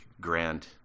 grand